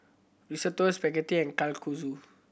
Risotto Spaghetti and Kalguksu